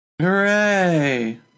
Hooray